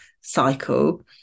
cycle